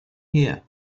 here